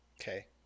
Okay